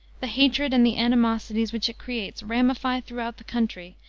the hatred and the animosities which it creates, ramify throughout the country,